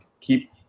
keep